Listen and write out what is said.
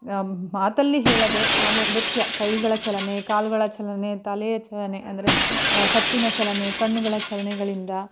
ಮಾತಲ್ಲಿ ಹೇಳದೆ ಹಾಗೆ ನೃತ್ಯ ಕೈಗಳ ಚಲನೆ ಕಾಲುಗಳ ಚಲನೆ ತಲೆಯ ಚಲನೆ ಅಂದರೆ ಕತ್ತಿನ ಚಲನೆ ಕಣ್ಣುಗಳ ಚಲನೆಗಳಿಂದ